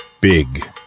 Big